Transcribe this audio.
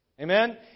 Amen